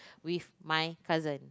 with my cousin